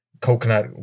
coconut